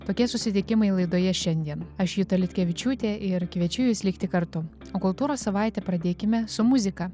tokie susitikimai laidoje šiandien aš juta liutkevičiūtė ir kviečiu jus likti kartu o kultūros savaitę pradėkime su muzika